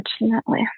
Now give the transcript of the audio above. unfortunately